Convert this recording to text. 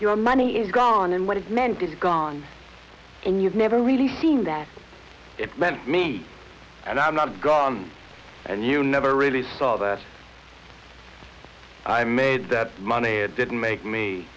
your money is gone and what it meant is gone and you've never really seen that it meant me and i'm not gone and you never really saw that i made that money it didn't make me